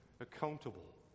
accountable